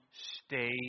stay